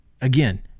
again